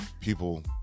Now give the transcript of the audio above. people